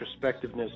introspectiveness